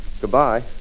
Goodbye